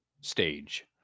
stage